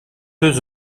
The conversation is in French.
deux